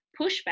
pushback